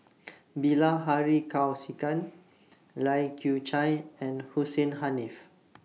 Bilahari Kausikan Lai Kew Chai and Hussein Haniff